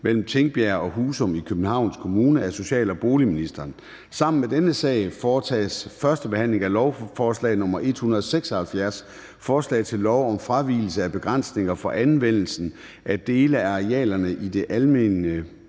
mellem Tingbjerg og Husum i Københavns Kommune. Af social- og boligministeren (Pernille Rosenkrantz-Theil). (Fremsættelse 25.04.2024). 9) 1. behandling af lovforslag nr. L 176: Forslag til lov om fravigelse af begrænsninger for anvendelsen af dele af arealerne i det almene